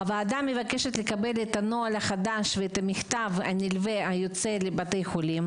הוועדה מבקשת לקבל את הנוהל החדש ואת המכתב הנלווה היוצא לבתי החולים.